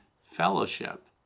fellowship